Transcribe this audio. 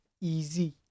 easy